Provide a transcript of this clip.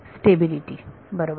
stability बरोबर